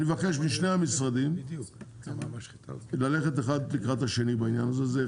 אני מבקש משני המשרדים ללכת אחד לקראת השני בעניין הזה,